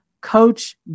Coach